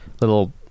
little